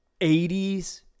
80s